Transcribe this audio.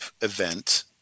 event